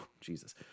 jesus